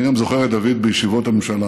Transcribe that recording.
אני גם זוכר את דוד בישיבות הממשלה.